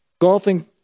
golfing